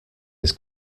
his